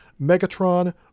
Megatron